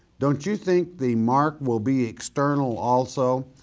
don't you think the mark will be external also?